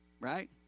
Right